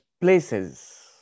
places